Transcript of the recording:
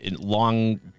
long